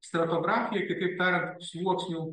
stratografija kitaip tariant sluoksnių